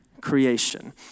creation